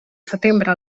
setembre